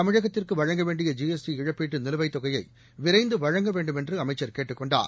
தமிழகத்திற்கு வழங்க வேண்டிய ஜி எஸ் டி இழப்பீட்டு நிலுவைத் தொகைகளை விரைந்து வழங்க வேண்டுமென்று அமைச்சர் கேட்டுக் ரெகண்டார்